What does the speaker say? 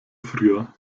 früher